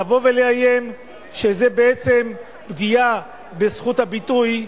לבוא ולאיים שזה בעצם פגיעה בזכות הביטוי,